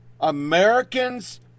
Americans